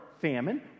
famine